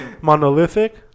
Monolithic